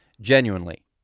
genuinely